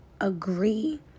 agree